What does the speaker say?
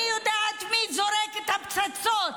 אני יודעת מי זורק את הפצצות.